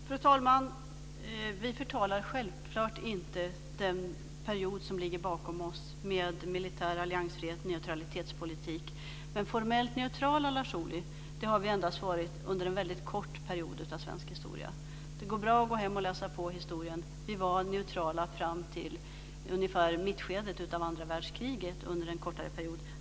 Fru talman! Vi förtalar självklart inte den period som ligger bakom oss med militär alliansfrihet och med neutralitetspolitik. Men formellt neutrala har vi, Lars Ohly, varit endast under en väldigt kort period av svensk historia. Det går bra att gå hem och läsa på historien. Vi var neutrala ungefär fram till mittskedet av andra världskriget, under en kortare period.